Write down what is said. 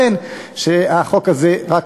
עם החוק הזה ובלעדיו,